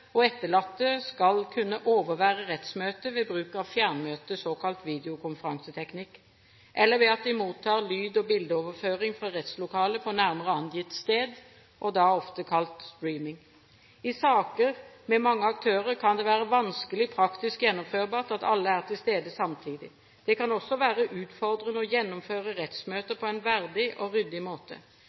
og etterlatte skal kunne overvære rettsmøtet ved bruk av fjernmøte, såkalt videokonferanseteknikk, eller ved at de mottar lyd- og bildeoverføring fra rettslokalet på nærmere angitt sted, ofte kalt «streaming». I saker med mange aktører kan det være vanskelig praktisk gjennomførbart at alle er til stede samtidig. Det kan også være utfordrende å gjennomføre rettsmøter på en verdig og ryddig måte.